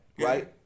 right